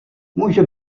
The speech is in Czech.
může